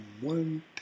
one